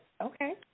Okay